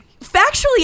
factually